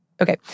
okay